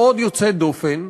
מאוד יוצאת דופן,